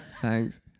Thanks